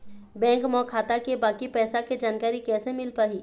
Bank म खाता के बाकी पैसा के जानकारी कैसे मिल पाही?